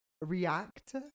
react